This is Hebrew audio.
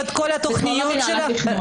זה כבר לא מינהל התכנון.